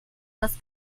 das